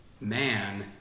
man